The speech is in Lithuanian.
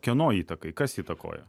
kieno įtakai kas įtakoja